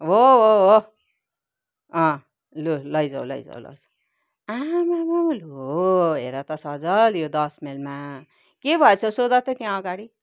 हो हौ हो हो अँ लु लैजाउ लैजाउ लैजाउ आमामामा लु हो हेर त सजल यो दस माइलमा के भएछ सोध त त्यहाँ अगाडि